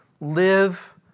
live